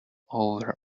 over